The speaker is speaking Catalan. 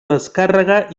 descàrrega